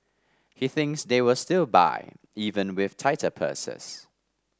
he thinks they will still buy even with tighter purses